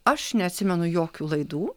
aš neatsimenu jokių laidų